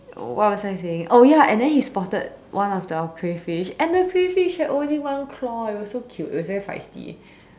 what was I saying oh ya and then he spotted one of our crayfish and the crayfish had only one claw it was so cute it was very feisty